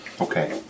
Okay